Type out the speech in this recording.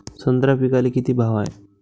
संत्रा पिकाले किती भाव हाये?